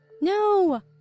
No